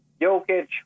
Jokic